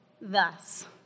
Thus